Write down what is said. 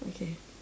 okay